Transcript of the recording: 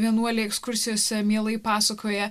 vienuoliai ekskursijose mielai pasakoja